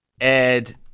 Ed